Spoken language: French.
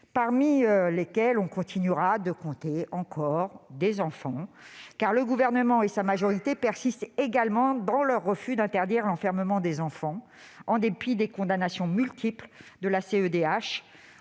Dans ces CRA, on continuera de compter des enfants, car le Gouvernement et sa majorité persistent également dans leur refus d'interdire l'enfermement des enfants, en dépit des condamnations multiples de la Cour